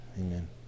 Amen